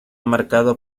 marcado